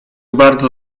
bardzo